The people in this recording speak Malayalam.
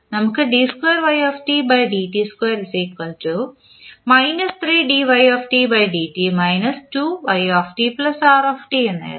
നമുക്ക് എന്ന് എഴുതാം